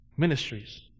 ministries